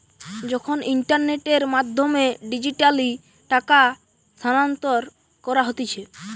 যখন ইন্টারনেটের মাধ্যমে ডিজিটালি টাকা স্থানান্তর করা হতিছে